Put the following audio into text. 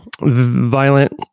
Violent